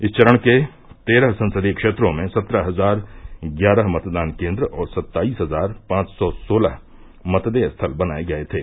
इस चरण के तेरह संसदीय क्षेत्रों में सत्रह हजार ग्यारह मतदान केन्द्र और सत्ताईस हजार पांच सौ सोलह मतदेय स्थल बनाये गये थे